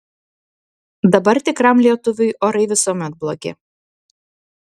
dabar tikram lietuviui orai visuomet blogi